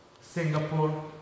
Singapore